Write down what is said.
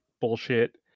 bullshit